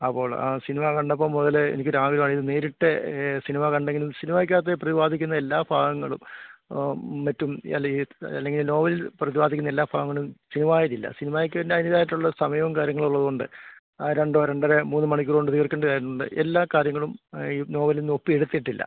അപ്പോൾ ആ സിനിമ കണ്ടപ്പോള് മുതലേ എനിക്ക് ഒരാഗ്രഹമായിരുന്നു നേരിട്ട് സിനിമ കണ്ടെങ്കിലും സിനിമാക്കകത്ത് പ്രതിപാദിക്കുന്ന എല്ലാ ഭാഗങ്ങളും മറ്റും അല്ലെ ഈ അല്ലെങ്കില് നോവലില് പ്രതിപാദിക്കുന്ന എല്ലാ ഭാഗങ്ങളും സിനിമായിലില്ല സിനിമായ്ക്ക് പിന്നെ അതിൻറ്റേതായിട്ടുള്ള സമയവും കാര്യങ്ങളും ഉള്ളതുകൊണ്ട് ആ രണ്ടോ രണ്ടര മൂന്ന് മണിക്കൂര് കൊണ്ട് തീർക്കേണ്ടതായിട്ടുണ്ട് എല്ലാ കാര്യങ്ങളും ഈ നോവലിന്ന് ഒപ്പിയെടുത്തിട്ടില്ല